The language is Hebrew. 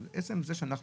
שהגיש את הרביזיה,